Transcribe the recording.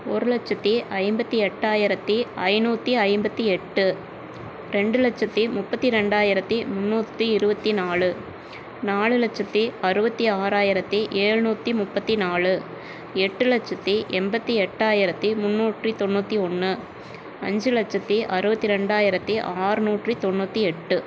ஒரு லட்சத்தி ஐம்பத்தி எட்டாயிரத்தி ஐநூற்றி ஐம்பத்தி எட்டு ரெண்டு லட்சத்தி முப்பத்தி ரெண்டாயிரத்தி முந்நூற்றி இருபத்தி நாலு நாலு லட்சத்தி அறுபத்தி ஆறாயிரத்தி எழுநூத்தி முப்பத்தி நாலு எட்டு லட்சத்தி எண்பத்தி எட்டாயிரத்தி முந்நூற்றி தொண்ணூற்றி ஒன்று அஞ்சு லட்சத்தி அறுபத்தி ரெண்டாயிரத்தி ஆறுநூற்றி தொண்ணூற்றி எட்டு